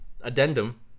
addendum